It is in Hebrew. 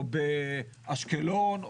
או באשקלון,